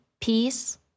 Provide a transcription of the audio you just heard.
Peace